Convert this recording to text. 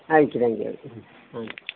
ಆಯಿತು thank you ಆಯಿತು ಹಾಂ